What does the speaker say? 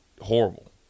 horrible